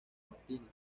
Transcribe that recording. martínez